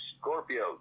Scorpio